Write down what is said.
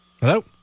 Hello